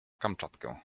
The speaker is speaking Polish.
kamczatkę